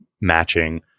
matching